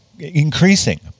Increasing